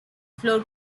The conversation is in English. floor